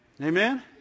Amen